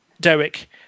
Derek